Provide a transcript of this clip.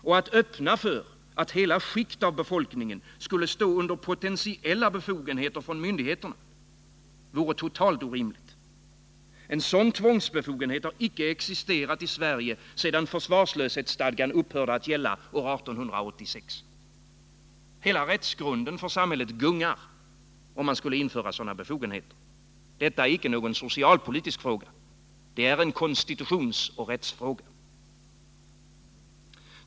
Och att öppna för att hela skikt av befolkningen skulle stå under potentiella befogenheter från myndigheterna vore totalt orimligt. En sådan tvångsbefogenhet har inte existerat i Sverige sedan försvarslöshetsstadgan upphörde att gälla 1886. Hela rättsgrunden för samhället gungar om man inför sådana befogenheter. Detta är ingen socialpolitisk fråga — det är en konstitutionsoch rättsfråga.